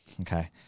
Okay